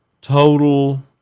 total